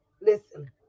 Listen